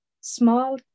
small